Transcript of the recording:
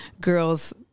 girls